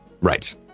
Right